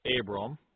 Abram